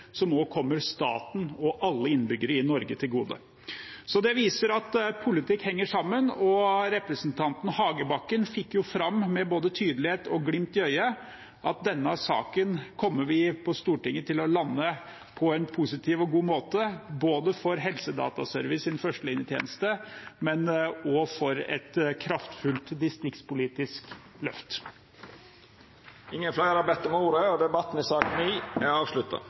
som også kommer staten og alle innbyggere i Norge til gode. Det viser at politikk henger sammen. Representanten Hagebakken fikk fram med både tydelighet og glimt i øyet at denne saken kommer vi på Stortinget til å lande på en positiv og god måte for Helsedataservices førstelinjetjeneste, men også for et kraftfullt distriktspolitisk løft. Fleire har ikkje bedt om ordet til sak nr. 9. Etter ynske frå helse- og